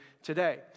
Today